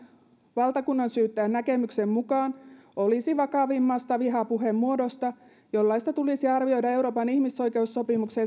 valtakunnansyyttäjän näkemyksen mukaan olisi vakavimmasta vihapuheen muodosta jollaista tulisi arvioida euroopan ihmisoikeussopimuksen